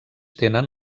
tenen